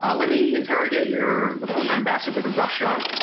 ah let me interrogate your, the former ambassador to russia,